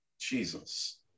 Jesus